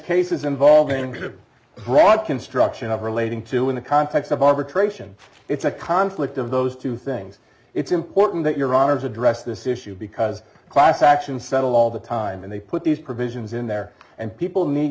cases involving the broad construction of relating to in the context of arbitration it's a conflict of those two things it's important that your arms address this issue because class action settle all the time and they put these provisions in there and people need